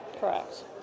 Correct